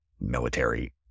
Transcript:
military